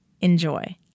Enjoy